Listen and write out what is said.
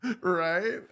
Right